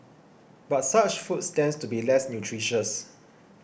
but such foods tend to be less nutritious